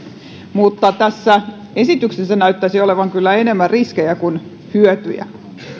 mutta tässä esityksessä näyttäisi olevan kyllä enemmän riskejä kuin hyötyjä